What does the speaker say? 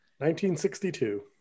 1962